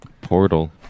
Portal